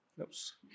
Oops